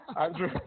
Andrew